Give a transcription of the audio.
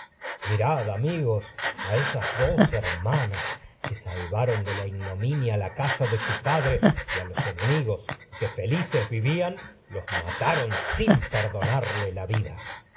mirad amigos a esas dos hermanas que salvaron de la ignominia la casa y de su padre sin a los enemigos que felices vivían los son mataron perdonarles la vida